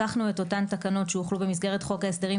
לקחנו את אותן תקנות שהוחלו במסגרת חוק ההסדרים